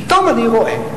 פתאום אני רואה,